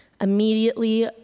Immediately